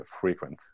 frequent